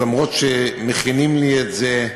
אף שמכינים לי את זה,